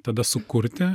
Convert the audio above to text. tada sukurti